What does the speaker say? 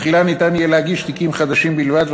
תחילה יהיה אפשר להגיש תיקים חדשים בלבד,